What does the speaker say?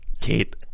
Kate